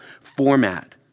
format